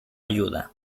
ayuda